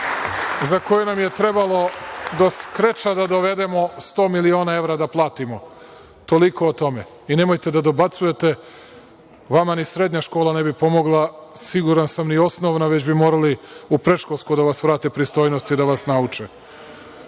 za koju nam je trebalo do skreča da dovedemo sto miliona evra da platimo. Toliko o tome. Nemojte da dobacujete, vama ni srednja škola ne bi pomogla, siguran sam ni osnovna, već bi morali u predškolsko da vas vrate, pristojnosti da vas nauče.